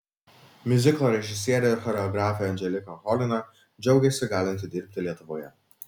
miuziklo režisierė ir choreografė anželika cholina džiaugėsi galinti dirbti lietuvoje